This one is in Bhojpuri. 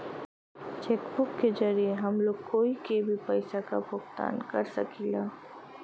चेक बुक के जरिये हम लोग कोई के भी पइसा क भुगतान कर सकीला